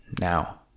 Now